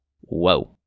Whoa